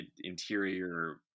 interior